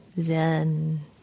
Zen